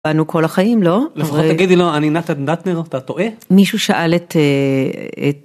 בנו כל החיים לא? לפחות תגידי לו אני נתן דטנר אתה טועה מישהו שאל את.